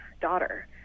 daughter